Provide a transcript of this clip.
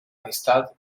amistad